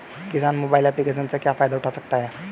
किसान mobile application से क्या फायदा उठा सकता है?